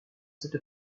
cette